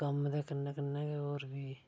कम्म दे कन्नै कन्नै गै होर बी